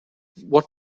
what